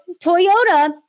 Toyota